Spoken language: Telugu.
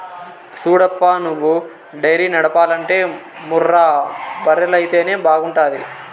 సూడప్పా నువ్వు డైరీ నడపాలంటే ముర్రా బర్రెలైతేనే బాగుంటాది